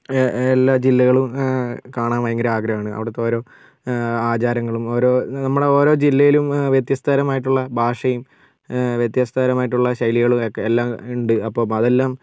എല്ലാ ജില്ലകളും കാണാൻ ഭയങ്കര ആഗ്രഹമാണ് അവടുത്തോരോ ആചാരങ്ങളും ഓരോ നമ്മുടെ ഓരോ ജില്ലയിലും വ്യത്യസ്തതരമായിട്ടുള്ള ഭാഷയും വ്യത്യസ്ഥതരമായിട്ടുള്ള ശൈലികളും ഒക്കെ എല്ലാം ഉണ്ട് അപ്പോൾ അതെല്ലാം